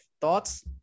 Thoughts